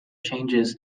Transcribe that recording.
changes